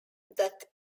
that